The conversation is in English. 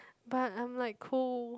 but I'm like cold